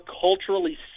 culturally